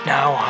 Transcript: Now